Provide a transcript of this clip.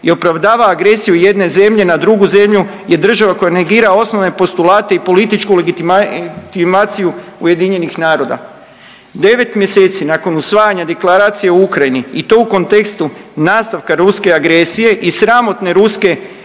i opravdava agresiju jedne zemlje na drugu zemlju je država koja negira osnovne postulate i političku legitimaciju Ujedinjenih naroda. 9 mjeseci nakon usvajanja Deklaracije o Ukrajini i to u kontekstu nastavka ruske agresije i sramotne ruske